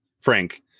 Frank